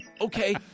okay